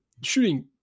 shooting